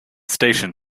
station